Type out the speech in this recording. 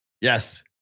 yes